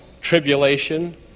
tribulation